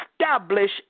establish